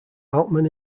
altman